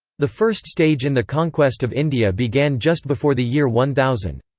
the first stage in the conquest of india began just before the year one thousand.